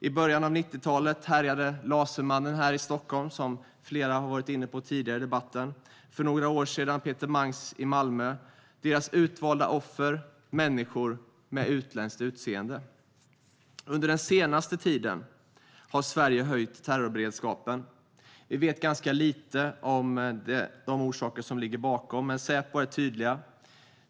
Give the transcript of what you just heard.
I början av 90-talet härjade lasermannen i Stockholm, som flera har varit inne på tidigare i debatten. För några år sedan var det Peter Mangs i Malmö. Deras utvalda offer var människor med utländskt utseende. Under den senaste tiden har Sverige höjt terrorberedskapen. Vi vet lite om de orsaker som ligger bakom, men Säpo är tydligt.